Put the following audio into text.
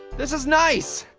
this is nice.